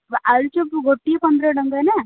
ଆଳୁଚପରୁ ଗୋଟିଏ ପନ୍ଦର ଟଙ୍କା ନାଁ